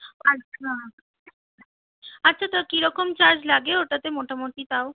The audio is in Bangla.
আচ্ছা আচ্ছা তা কীরকম চার্জ লাগে ওটাতে মোটামোটি তাও